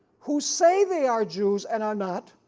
who say they are jews and are not,